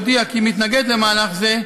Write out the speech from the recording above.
אשר הודיע כי הוא מתנגד למהלך הזה,